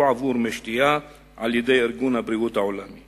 עבור מי שתייה על-ידי ארגון הבריאות העולמי,